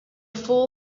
fool